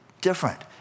different